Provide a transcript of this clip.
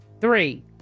Three